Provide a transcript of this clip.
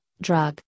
drug